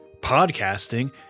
podcasting